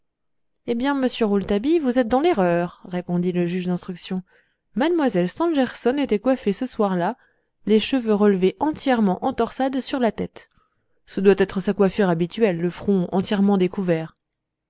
eh bien monsieur rouletabille vous êtes dans l'erreur répondit le juge d'instruction mlle stangerson était coiffée ce soir-là les cheveux relevés entièrement en torsade sur la tête ce doit être sa coiffure habituelle le front entièrement découvert